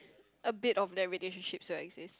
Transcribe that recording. a bit of their relationships still exist